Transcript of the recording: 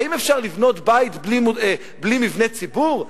האם אפשר לבנות בית בלי מבני ציבור?